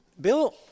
bill